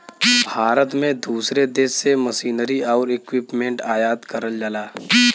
भारत में दूसरे देश से मशीनरी आउर इक्विपमेंट आयात करल जाला